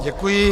Děkuji.